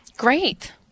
Great